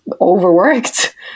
overworked